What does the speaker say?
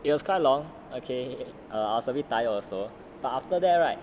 it was quite long okay err I was a bit tired also but after that right